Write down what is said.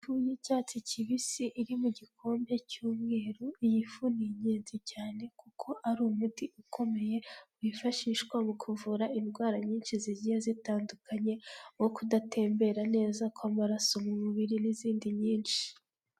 Ifu y'icyatsi kibisi iri mu gikombe cy'umweru, iyi fu ni ingenzi cyane kuko ari umuti ukomeye wifashishwa mu kuvura indwara nyinshi zigiye zitandukanye nko kudatembera neza kw'amaraso mu mubiri, n'izindi nyinshi.